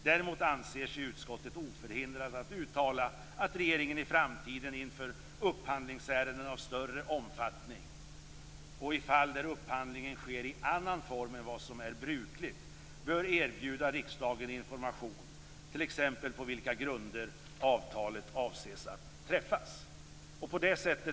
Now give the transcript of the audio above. Däremot anser sig utskottet oförhindrat att uttala att regeringen i framtiden inför upphandlingsärenden av större omfattning, och i fall där upphandlingen sker i annan form än vad som är brukligt, bör erbjuda riksdagen information, t.ex. om på vilka grunder avtalet avses att träffas.